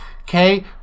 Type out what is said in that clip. okay